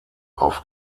auf